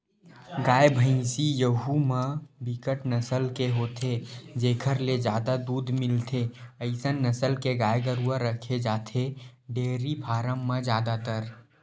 गाय, भइसी यहूँ म बिकट नसल के होथे जेखर ले जादा दूद मिलथे अइसन नसल के गाय गरुवा रखे जाथे डेयरी फारम म जादातर